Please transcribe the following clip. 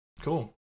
cool